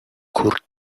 kurt